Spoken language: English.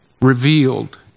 revealed